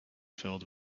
filled